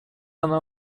она